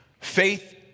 Faith